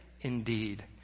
indeed